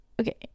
Okay